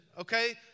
Okay